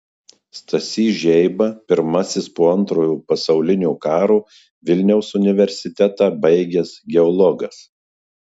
stasys žeiba pirmasis po antrojo pasaulinio karo vilniaus universitetą baigęs geologas